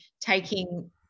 taking